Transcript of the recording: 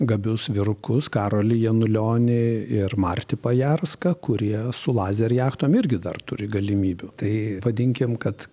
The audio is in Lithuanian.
gabius vyrukus karolį janulionį ir martį pajarską kurie su laser jachtom irgi dar turi galimybių tai vadinkim kad